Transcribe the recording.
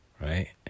right